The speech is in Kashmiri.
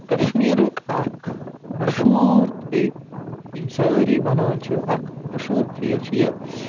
کشمیٖرُک اکھ مشہوٗر تہٕ بیٚیہِ یِم سٲری وَنان چھِ اکھ مشہوٗر فرٛیز چھُ یہِ